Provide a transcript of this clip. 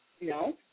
no